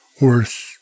worth